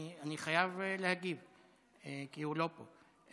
אני חייב להגיב, כי הוא לא פה.